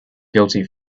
guilty